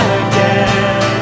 again